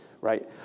right